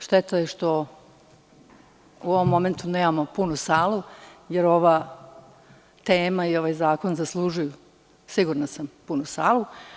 Šteta je što u ovom momentu nemamo punu salu, jer ova tema i ovaj zakon zaslužuju punu salu.